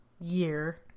year